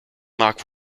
mark